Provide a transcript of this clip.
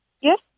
Yes